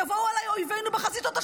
יבואו עלינו אויבינו בחזיתות השונות.